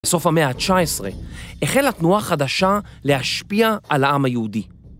בסוף המאה ה-19, החלה תנועה חדשה להשפיע על העם היהודי.